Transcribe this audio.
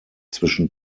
zwischen